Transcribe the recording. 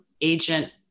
agent